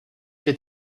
qu’a